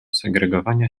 segregowania